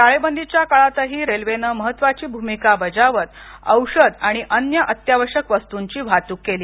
टाळेबंदीच्या काळातही रेल्वेनं महत्त्वाची भूमिका बजावत औषध आणि अन्य अत्यावश्यक वस्तूंची वाहतूक केली